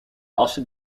assen